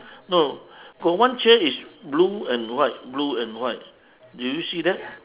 no got one chair is blue and white blue and white do you see that